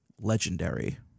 legendary